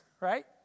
right